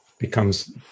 becomes